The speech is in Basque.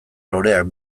loreak